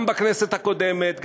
גם בכנסת הקודמת,